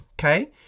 okay